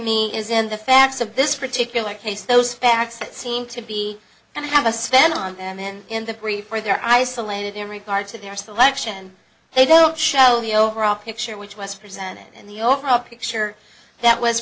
me is in the facts of this particular case those facts that seem to be going to have a stand on them in in the brief where they're isolated in regard to their selection they don't show the overall picture which was presented and the overall picture that was